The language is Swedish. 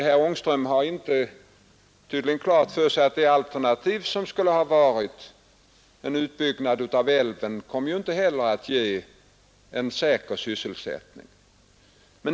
Herr Ångström har tydligen inte klart för sig att alternativet, en utbyggnad av älven, inte heller skulle ha givit en säker bestående sysselsättning.